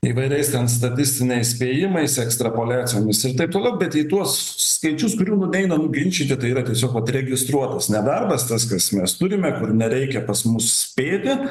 įvairiais ten statistiniais spėjimais ekstrapoliacijomis ir taip toliau bet į tuos skaičius kurių mum neina nuginčyti tai yra tiesiog vat registruotas nedarbas tas kas mes turime kur nereikia pas mus spėti